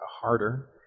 harder